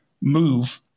move